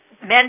Men